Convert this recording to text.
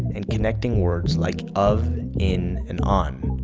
and connecting words like of, in and on.